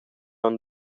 aunc